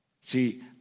See